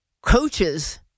coaches